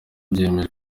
byemewe